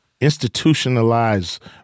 institutionalized